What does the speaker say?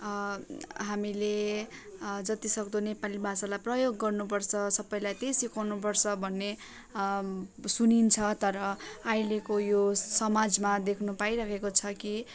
हामीले जतिसक्दो नेपाली भाषालाई प्रयोग गर्नुपर्छ सबैलाई त्यही सिकाउनुपर्छ भन्ने सुनिन्छ तर अहिलेको यो समाजमा देख्नु पाइरहेको छ कि